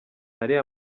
ariya